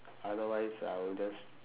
otherwise I will just